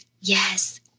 Yes